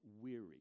weary